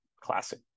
classic